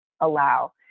allow